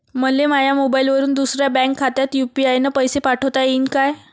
मले माह्या मोबाईलवरून दुसऱ्या बँक खात्यात यू.पी.आय न पैसे पाठोता येईन काय?